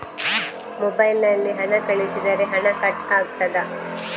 Mobile ನಲ್ಲಿ ಹಣ ಕಳುಹಿಸಿದರೆ ಹಣ ಕಟ್ ಆಗುತ್ತದಾ?